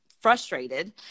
frustrated